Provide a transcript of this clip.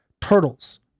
turtles